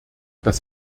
das